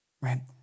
right